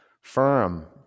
firm